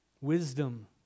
Wisdom